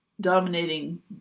dominating